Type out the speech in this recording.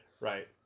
Right